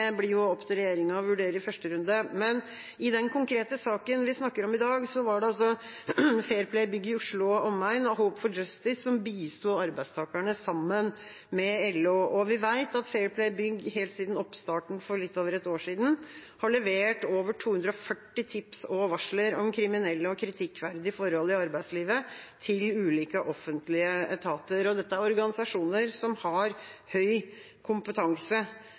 blir det opp til regjeringa å vurdere i første runde. I den konkrete saken vi snakker om i dag, var det Fair Play Bygg Oslo og omegn og Hope for Justice som bisto arbeidstakerne sammen med LO. Vi vet at Fair Play Bygg helt siden oppstarten for litt over et år siden har levert over 240 tips og varsler om kriminelle og kritikkverdige forhold i arbeidslivet til ulike offentlige etater. Dette er organisasjoner som har høy kompetanse.